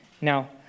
Now